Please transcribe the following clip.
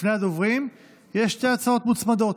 לפני הדוברים יש שתי הצעות מוצמדות.